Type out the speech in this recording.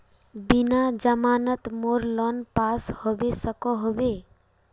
बिना जमानत मोर लोन पास होबे सकोहो होबे?